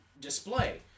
display